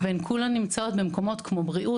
והן נמצאות במקומות כמו בריאות.